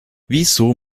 wieso